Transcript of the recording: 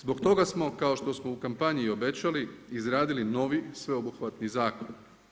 Zbog toga smo, kao što smo u kampanji i obećali izradili novi sveobuhvatni zakon.